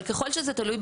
אבל עדיין במשך שנים,